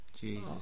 Jesus